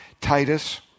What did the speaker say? Titus